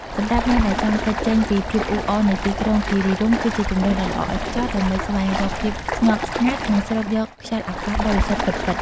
សម្រាប់អ្នកដែលចង់គេចចេញពីភាពអ៊ូអរនៃទីក្រុង គិរីរម្យគឺជាជម្រើសដ៏ល្អឥតខ្ចោះដើម្បីស្វែងរកភាពស្ងប់ស្ងាត់ និងស្រូបយកខ្យល់អាកាសបរិសុទ្ធពិតៗ។